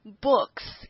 books